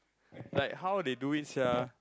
like how they do it sia